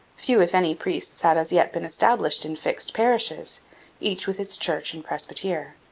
few, if any, priests had as yet been established in fixed parishes each with its church and presbytere.